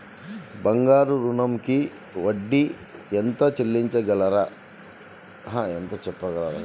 బంగారు ఋణంకి వడ్డీ ఎంతో చెప్పగలరా?